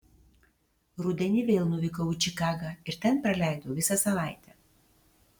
rudenį vėl nuvykau į čikagą ir ten praleidau visą savaitę